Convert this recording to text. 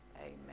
Amen